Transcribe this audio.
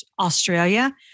Australia